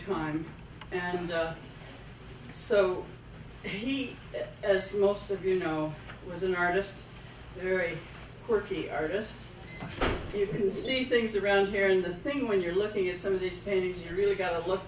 time and so he as most of you know was an artist very quirky artist you can see things around here in the thing when you're looking at some of the stadiums you really gotta look